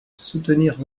soutenir